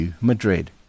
Madrid